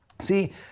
See